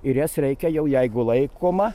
ir jas reikia jau jeigu laikoma